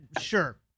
sure